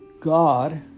God